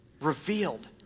Revealed